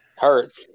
Hurts